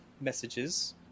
messages